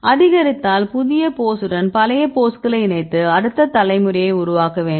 அதிகரித்தால் புதிய போஸ் உடன் பழைய போஸ்களை இணைத்து அடுத்த தலைமுறையை உருவாக்க வேண்டும்